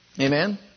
Amen